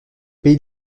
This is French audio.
pays